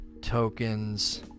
tokens